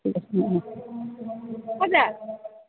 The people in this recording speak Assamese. ঠিক আছে ক'ত যায়